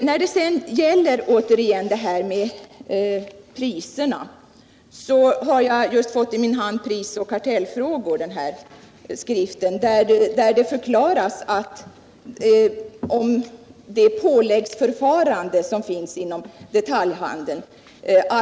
När det sedan återigen gäller priserna så har jag just fått i min hand skriften Prisoch kartellfrågor, där det påläggsförfarande som finns inom detaljhandeln förklaras.